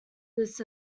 this